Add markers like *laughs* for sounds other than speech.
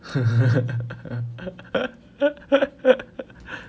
*laughs*